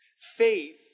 Faith